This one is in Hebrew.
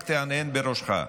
רק תהנהן בראשך,